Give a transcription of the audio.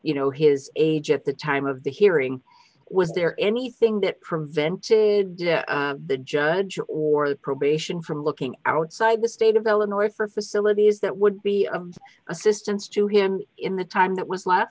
you know his age at the time of the hearing was there anything that prevented the judge or the probation from looking outside the state of illinois for facilities that would be of assistance to him in the time that was what